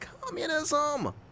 communism